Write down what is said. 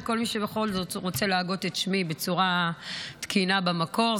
לכל מי שבכל זאת רוצה להגות את שמי בצורה תקינה במקור,